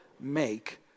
make